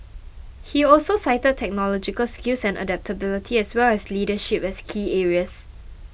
he also cited technological skills and adaptability as well as leadership as key areas